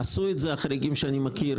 עשו את זה כאשר החריגים שאני מכיר,